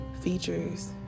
features